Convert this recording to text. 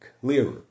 clearer